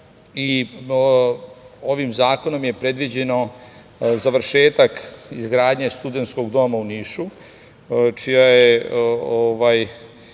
i ovim zakonom je predviđen završetak izgradnje studentskog doma u Nišu, čija je